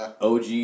OG